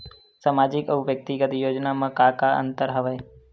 सामाजिक अउ व्यक्तिगत योजना म का का अंतर हवय?